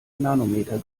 nanometer